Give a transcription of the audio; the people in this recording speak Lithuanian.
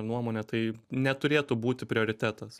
nuomone tai neturėtų būti prioritetas